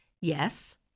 Yes